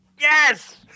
Yes